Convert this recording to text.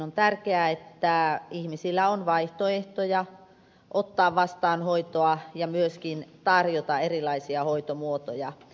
on tärkeää että ihmisillä on vaihtoehtoja ottaa vastaan hoitoa ja myöskin tarjota erilaisia hoitomuotoja